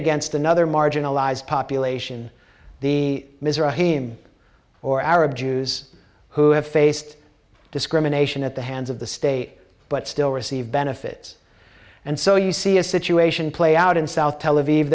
against another marginalized population the misery heem or arab jews who have faced discrimination at the hands of the state but still receive benefits and so you see a situation play out in south tel aviv